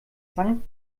sankt